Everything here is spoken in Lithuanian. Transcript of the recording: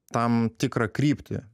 tam tikrą kryptį